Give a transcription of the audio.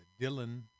Dylan